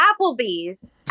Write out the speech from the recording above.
Applebee's